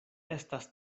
estas